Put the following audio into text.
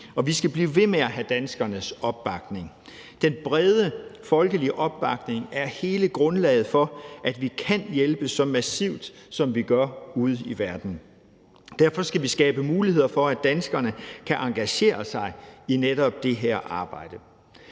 Vi skal blive ved med at have danskernes opbakning. Den brede folkelige opbakning er hele grundlaget for, at vi kan hjælpe så massivt, som vi gør ude i verden. Derfor skal vi skabe muligheder for, at danskerne kan engagere sig i netop det her arbejde.